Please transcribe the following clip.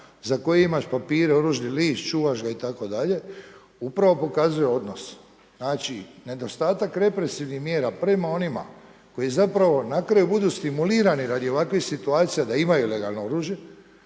za koje imaš papire, oružni list, čuvaš ga itd. upravo pokazuje odnos, znači, nedostatak represivnih mjera prema onima koji zapravo na kraju budu stimulirani radi ovakvih situacija da imaju legalno oružje